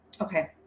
Okay